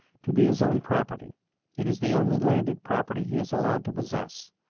to be his own property it is the only landed property he is allowed to possess,